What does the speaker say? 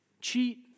Cheat